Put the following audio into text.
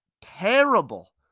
terrible